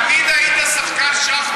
תמיד היית שחקן שח מעולה.